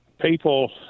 people